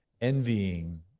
envying